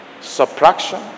subtraction